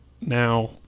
Now